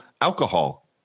alcohol